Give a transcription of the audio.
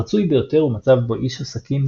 הרצוי ביותר הוא מצב בו איש עסקים